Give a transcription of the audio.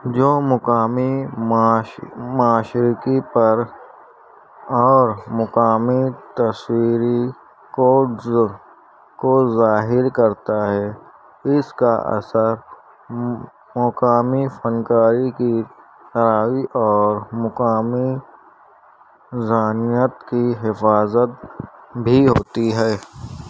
جو مقامی معاش معاشرتی پر اور مقامی تصویری کوڈز کو ظاہر کرتا ہے اس کا اثر مقامی فنکاری کی اور مقامی ذہانیت کی حفاظت بھی ہوتی ہے